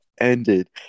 ended